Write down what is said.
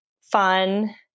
fun